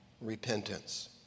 repentance